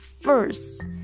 first